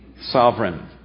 sovereign